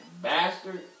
bastard